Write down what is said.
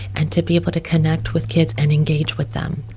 and to be able to connect with kids and engage with them.